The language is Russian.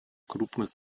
крупных